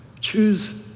choose